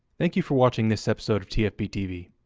thank you for watching this episode of tfbtv.